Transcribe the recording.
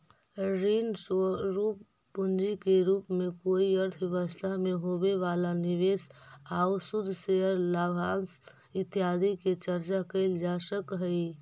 ऋण स्वरूप पूंजी के रूप में कोई अर्थव्यवस्था में होवे वाला निवेश आउ शुद्ध शेयर लाभांश इत्यादि के चर्चा कैल जा सकऽ हई